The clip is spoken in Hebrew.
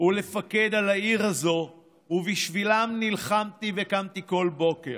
ולפקד על העיר הזאת ובשבילם נלחמתי וקמתי כל בוקר.